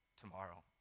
tomorrow